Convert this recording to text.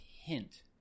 hint